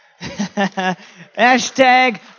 Hashtag